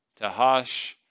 Tahash